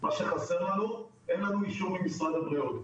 מה שחסר לנו אין לנו אישור ממשרד הבריאות,